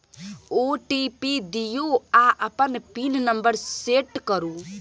OTP दियौ आ अपन पिन नंबर सेट करु